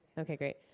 ok, great.